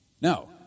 No